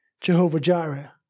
Jehovah-Jireh